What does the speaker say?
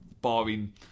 barring